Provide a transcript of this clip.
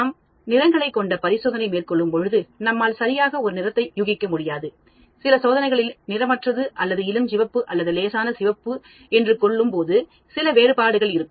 நாம் நிறங்களைக் கொண்ட பரிசோதனை மேற்கொள்ளும் பொழுது நம்மால் சரியாக ஒரு நிறத்தை யூகிக்க முடியாது சில சோதனைகளில் நிறமற்றது அல்லது இளஞ்சிவப்பு அல்லது லேசான சிவப்பு என்று கொள்ளும்போது சில வேறுபாடுகள் இருக்கும்